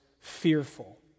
fearful